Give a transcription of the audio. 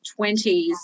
20s